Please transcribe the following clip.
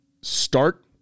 start